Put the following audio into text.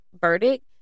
verdict